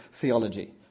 theology